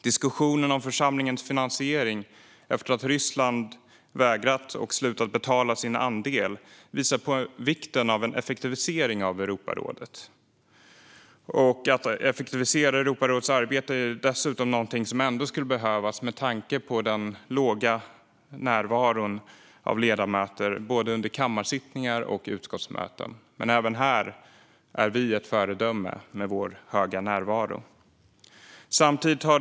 Diskussionen om församlingens finansiering efter att Ryssland har vägrat, och slutat, betala sin andel visar på vikten av en effektivisering av Europarådet. Att effektivisera Europarådets arbete är något som ändå skulle behövas med tanke på ledamöternas låga närvaro under både kammarsittningar och utskottsmöten. Men även här är vi ett föredöme med vår höga närvaro.